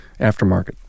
aftermarket